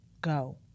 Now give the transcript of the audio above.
go